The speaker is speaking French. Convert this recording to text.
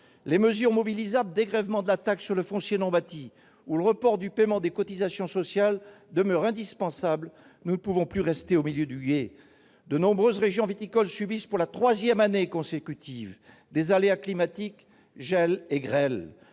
Les mesures mobilisables, telles que le dégrèvement de la taxe sur le foncier non bâti ou le report du paiement des cotisations sociales, demeurent indispensables. Nous ne pouvons plus rester au milieu du gué. De nombreuses régions viticoles subissent pour la troisième année consécutive des aléas climatiques, tels que